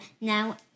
Now